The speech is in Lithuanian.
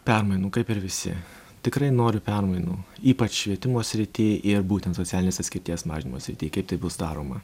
permainų kaip ir visi tikrai noriu permainų ypač švietimo srity ir būtent socialinės atskirties mažinimo srity kaip tai bus daroma